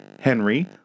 Henry